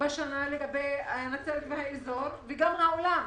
בנצרת ובאזור, וגם בעולם,